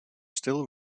still